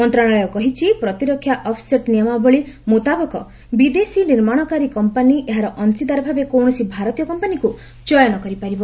ମନ୍ତ୍ରଣାଳୟ କହିଛି ପ୍ରତିରକ୍ଷା ଅଫ୍ସେଟ୍ ନିୟମାବଳୀ ମୁତାବକ ବିଦେଶୀ ନିର୍ମାଣକାରୀ କମ୍ପାନୀ ଏହାର ଅଂଶୀଦାର ଭାବେ କୌଣସି ଭାରତୀୟ କମ୍ପାନୀକୁ ଚୟନ କରିପାରିବ